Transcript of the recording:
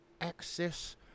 access